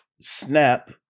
snap